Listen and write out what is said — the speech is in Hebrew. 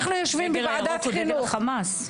זה לא הדגל של החמאס?